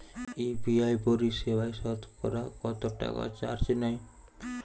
UPI পরিসেবায় সতকরা কতটাকা চার্জ নেয়?